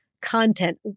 content